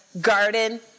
garden